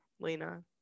Lena